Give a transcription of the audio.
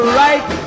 right